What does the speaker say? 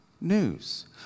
news